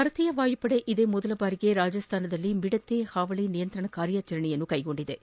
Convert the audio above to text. ಭಾರತೀಯ ವಾಯುಪಡೆ ಇದೇ ಮೊದಲ ಬಾರಿಗೆ ರಾಜಸ್ಥಾನದಲ್ಲಿ ಮಿಡತೆ ನಿಯಂತ್ರಣ ಕಾರ್ಯಾಚರಣೆ ನಡೆಸಿತು